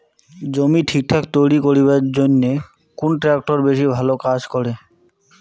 জমি ঠিকঠাক তৈরি করিবার জইন্যে কুন ট্রাক্টর বেশি ভালো কাজ করে?